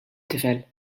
tifel